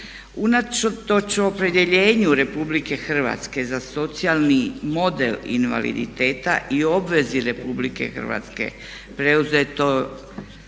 Unatoč opredjeljenju Republike Hrvatske za socijalni model invaliditeta i obvezi Republike Hrvatske preuzeto